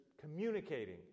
communicating